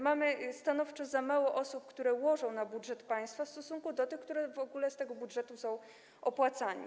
Mamy stanowczo za mało osób, które łożą na budżet państwa, w stosunku do tych, które w ogóle z tego budżetu są opłacane.